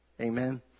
Amen